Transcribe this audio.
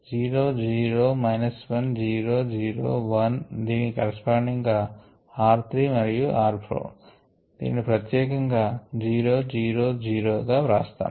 zero zero minus one zero zero one దీనికి corresponding గా r 3 మరియు r 4 దీనిని ప్రత్యేకంగా జీరో జీరో జీరో గా వ్రాస్తాము